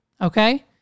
okay